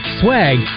swag